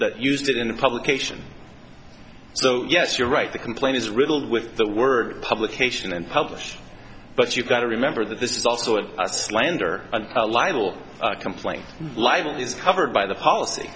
that used it in a publication so yes you're right the complaint is riddled with the word publication and publish but you've got to remember that this is also a slander and libel complaint life is covered by the policy